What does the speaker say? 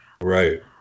Right